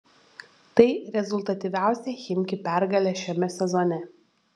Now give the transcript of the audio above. tai rezultatyviausia chimki pergalė šiame sezone